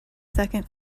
second